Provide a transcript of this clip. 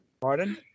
pardon